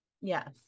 Yes